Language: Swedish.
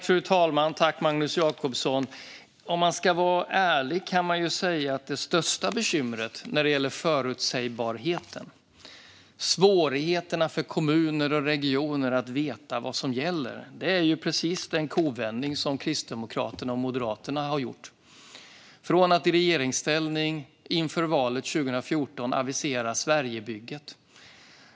Fru talman! Om man ska vara ärlig kan man ju säga att det största bekymret när det gäller förutsägbarheten och svårigheterna för kommuner och regioner att veta vad som gäller är den kovändning som Kristdemokraterna och Moderaterna har gjort. I regeringsställning inför valet 2014 aviserar man Sverigebygget.